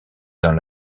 dans